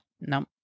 No